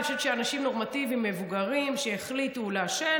אני חושבת שאנשים נורמטיביים מבוגרים שהחליטו לעשן,